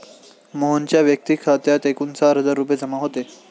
मोहनच्या वैयक्तिक खात्यात एकूण चार हजार रुपये जमा होते